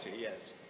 yes